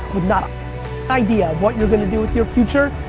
with not a idea what you're gonna do with your future,